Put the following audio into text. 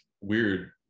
weird